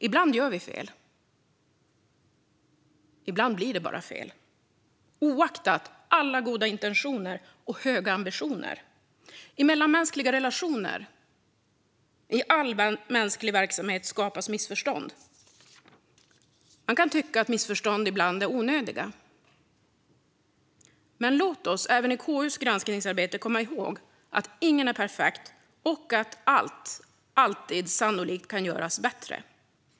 Ibland gör vi fel, och ibland blir det bara fel, oaktat alla goda intentioner och höga ambitioner. I mellanmänskliga relationer och i all mänsklig verksamhet skapas missförstånd. Man kan tycka att missförstånd ibland är onödiga, men låt oss även i KU:s granskningsarbete komma ihåg att ingen är perfekt och att allt alltid sannolikt kan göras bättre.